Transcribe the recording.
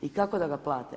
I kako da ga plate?